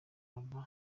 aba